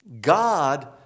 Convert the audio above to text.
God